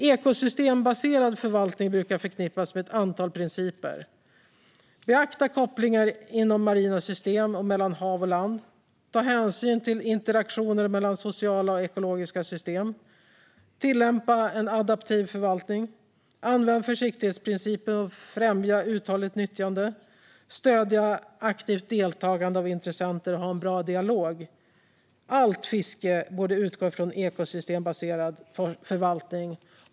Ekosystembaserad förvaltning brukar förknippas med ett antal principer: beakta kopplingar inom marina system och mellan hav och land ta hänsyn till interaktioner mellan sociala och ekologiska system tillämpa en adaptiv förvaltning använda försiktighetsprincipen för att främja ett uthålligt nyttjande stödja ett aktivt deltagande av intressenter och ha en bra dialog. Allt fiske borde utgå ifrån ekosystembaserad förvaltning.